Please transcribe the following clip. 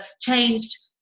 changed